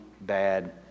bad